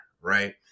right